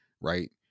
right